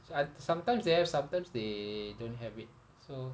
uh sometimes they have sometimes they don't have it so